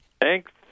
Thanks